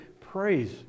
praise